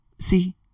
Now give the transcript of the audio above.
See